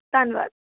ਧੰਨਵਾਦ